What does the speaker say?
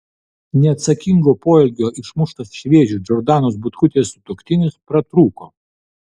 neatsakingo poelgio išmuštas iš vėžių džordanos butkutės sutuoktinis pratrūko